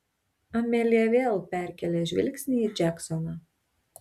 amelija vėl perkėlė žvilgsnį į džeksoną